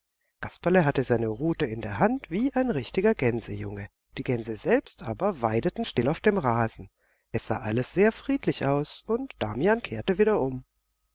kasperle hatte seine rute in der hand wie ein richtiger gänsejunge die gänse selbst aber weideten still auf dem rasen es sah alles sehr friedlich aus und damian kehrte wieder um